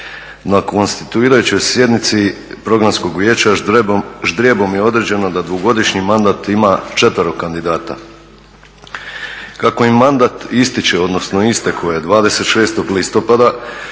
Na konstituirajućoj sjednici Programskog vijeća ždrijebom je određeno da dvogodišnji mandat ima 4 kandidata. Kako im mandat ističe, odnosno istekao je 26. listopada,